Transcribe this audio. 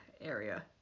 area